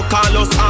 Carlos